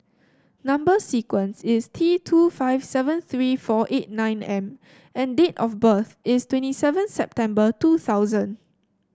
number sequence is T two five seven three four eight nine M and date of birth is twenty seven September two thousand